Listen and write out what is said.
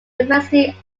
university